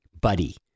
buddy